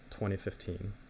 2015